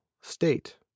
state